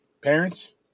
parents